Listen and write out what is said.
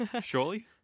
Surely